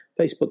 Facebook